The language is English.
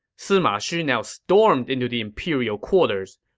sima shi now stormed into the imperial quarters.